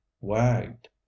wagged